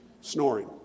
snoring